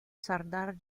sardar